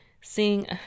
seeing